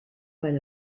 per